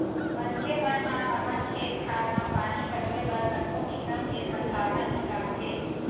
मनखे मन ह अपन खेत खार म पानी पलोय बर कतको किसम के संसाधन जुटाथे